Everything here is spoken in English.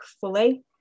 fully